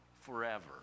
forever